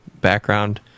background